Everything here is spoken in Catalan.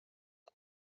amb